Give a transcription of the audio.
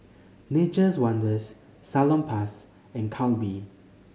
Nature's Wonders Salonpas and Calbee